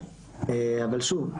אבל שוב,